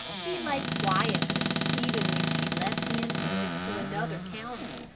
he lay quietly, even when she left him and went to another counter.